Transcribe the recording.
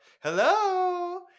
hello